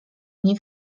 nie